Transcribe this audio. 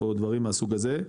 או דברים מהסוג הזה.